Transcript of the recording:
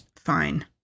Fine